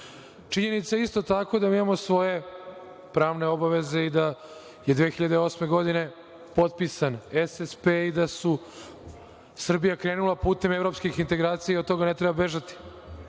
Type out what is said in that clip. punjen. Činjenica je isto tako da mi imamo svoje pravne obaveze i da je 2008. godine potpisan SSP i da je Srbija krenula putem evropskih integracija, i od toga ne treba bežati.